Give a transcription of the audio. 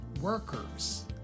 workers